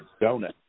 donut